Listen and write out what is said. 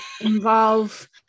involve